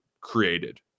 created